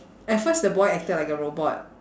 at first the boy acted like a robot